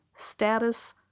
status